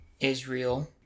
Israel